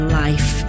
life